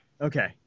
Okay